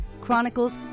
chronicles